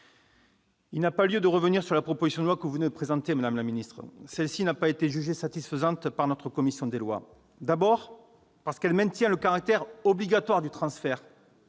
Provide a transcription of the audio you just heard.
Il n'y a pas lieu de revenir sur la proposition de loi que vous venez de présenter, madame la ministre : celle-ci n'a pas été jugée satisfaisante par notre commission des lois. D'abord, parce qu'elle maintient le caractère obligatoire du transfert